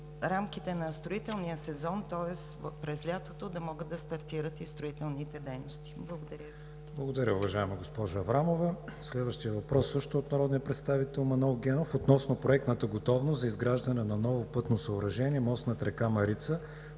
рамките на строителния сезон, тоест през лятото, да могат да стартират и строителните дейности. Благодаря Ви. ПРЕДСЕДАТЕЛ КРИСТИАН ВИГЕНИН: Благодаря, уважаема госпожо Аврамова. Следващият въпрос също е от народния представител Манол Генов и е относно проектната готовност за изграждане на ново пътно съоръжение „Мост над река Марица“